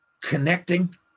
connecting